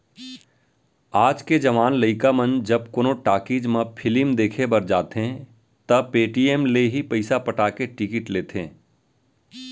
आज के जवान लइका मन जब कोनो टाकिज म फिलिम देखे बर जाथें त पेटीएम ले ही पइसा पटा के टिकिट लेथें